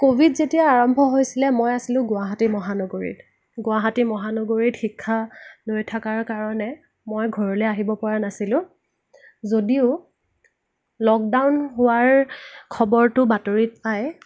Covid যেতিয়া আৰম্ভ হৈছিলে মই আছিলোঁ গুৱাহাটী মহানগৰীত গুৱাহাটী মহানগৰীত শিক্ষা লৈ থকাৰ কাৰণে মই ঘৰলৈ আহিব পৰা নাছিলোঁ যদিও লকডাউন হোৱাৰ খবৰটো বাতৰিত পাই